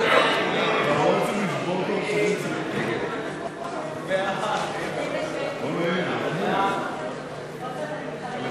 ההסתייגות לחלופין של קבוצת סיעת העבודה וקבוצת סיעת קדימה